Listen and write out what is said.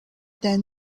then